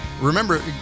remember